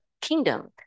kingdom